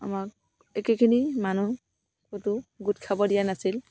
আমাক একেখিনি মানুহ গোট খাব দিয়া নাছিল